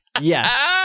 yes